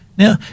Now